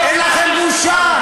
אין לכם בושה.